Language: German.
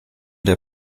der